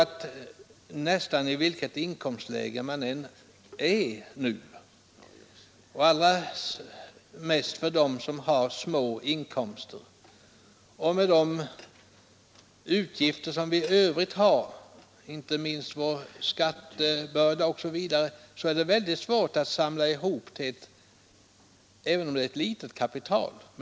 Med de utgifter vi har, inte minst vår stora skattebörda, tror jag att det är mycket svårt för människor i alla inkomstlägen — och allra svårast för dem som har små inkomster — att samla ihop även ett litet kapital.